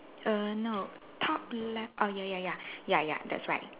err no top left err ya ya ya ya that's right